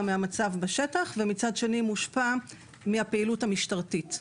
מהמצב בשטח ומצד שני מושפע מהפעילות המשטרתית.